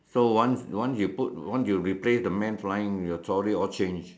so once once you put once you replace the man flying your story all change